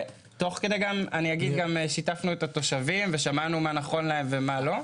תוך כדי גם שיתפנו את התושבים ושמענו מה נכון להם ומה לא.